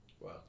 Wow